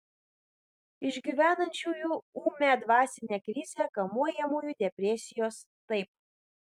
išgyvenančiųjų ūmią dvasinę krizę kamuojamųjų depresijos taip